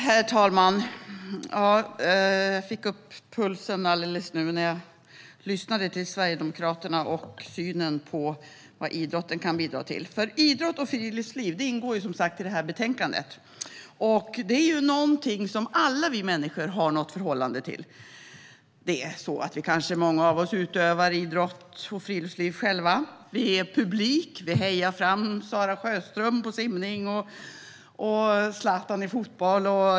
Herr talman! Jag fick upp pulsen nu när jag lyssnade till Sverigedemokraterna och hörde om synen på vad idrotten kan bidra till. Idrott och friluftsliv ingår som sagt i det här betänkandet. Det är någonting som alla vi människor har något förhållande till. Många av oss kanske själva utövar idrott och ägnar oss åt friluftsliv. Vi är publik. Vi hejar fram Sarah Sjöström i simning och Zlatan i fotboll.